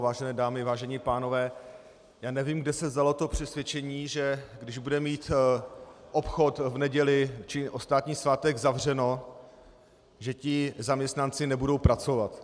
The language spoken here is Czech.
Vážené dámy, vážení pánové, já nevím, kde se vzalo to přesvědčení, že když bude mít obchod v neděli či o státní svátek zavřeno, že zaměstnanci nebudou pracovat.